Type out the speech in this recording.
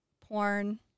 porn